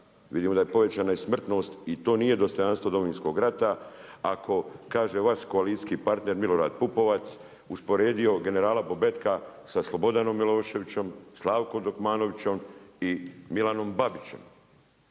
vidimo i da je povećana i smrtnost i to nije dostojanstvo Domovinskog rata, ako kaže vaš koalicijski partner Milorad Pupovac, usporedio generala Bobetka sa Slobodanom Miloševićem, Slavkom Dokmanovićem i Milanom Babićem.